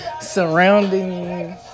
surrounding